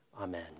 Amen